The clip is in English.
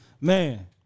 man